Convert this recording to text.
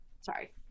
Sorry